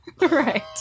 right